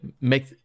make